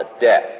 death